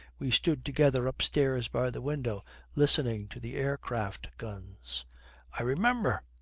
we stood together upstairs by the window listening to the aircraft guns i remember!